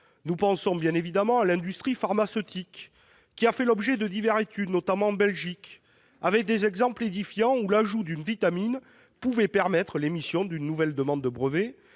Nous pensons bien évidemment à l'industrie pharmaceutique, qui a fait l'objet de diverses études, notamment en Belgique. Certains exemples sont édifiants : ainsi, l'ajout d'une vitamine a pu permettre l'émission d'une nouvelle demande de brevet